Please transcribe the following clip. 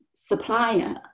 supplier